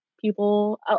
people